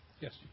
Yes